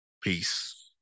Peace